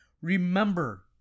Remember